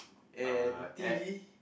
and T